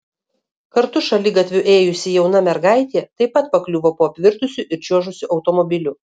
kartu šaligatviu ėjusi jauna mergaitė taip pat pakliuvo po apvirtusiu ir čiuožusiu automobiliu